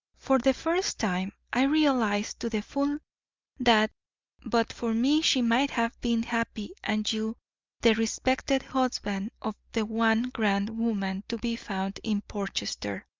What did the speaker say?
for the first time i realised to the full that but for me she might have been happy and you the respected husband of the one grand woman to be found in portchester.